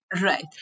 Right